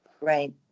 Right